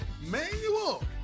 Manual